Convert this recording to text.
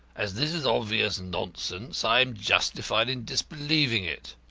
as this is obvious nonsense i am justified in disbelieving it.